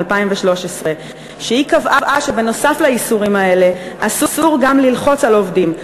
2013. היא קבעה שנוסף על האיסורים האלה אסור גם ללחוץ על עובדים,